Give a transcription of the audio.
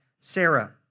Sarah